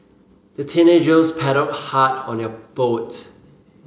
the teenagers paddled hard on their boat